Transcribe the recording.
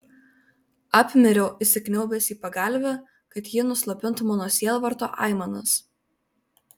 apmiriau įsikniaubęs į pagalvę kad ji nuslopintų mano sielvarto aimanas